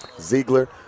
Ziegler